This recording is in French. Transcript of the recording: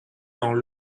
dans